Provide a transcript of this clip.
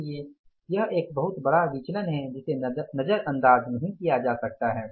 इसलिए यह एक बहुत बड़ा विचलन है जिसे नजरअंदाज नहीं किया जा सकता है